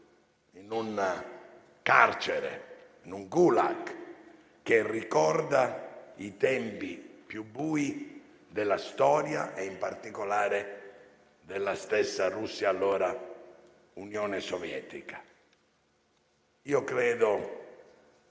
in un carcere, in un *gulag*, che ricorda i tempi più bui della storia e, in particolare, della stessa Russia, allora Unione Sovietica. Io credo